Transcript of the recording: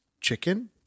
chicken